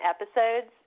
episodes